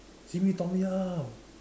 simi tom-yum